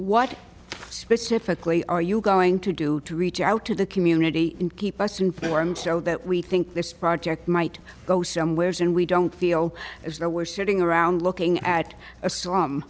what specifically are you going to do to reach out to the community keep us informed so that we think this project might go somewheres and we don't feel as though we're sitting around looking at a s